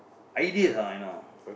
ideas ah you know